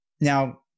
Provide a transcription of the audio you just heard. now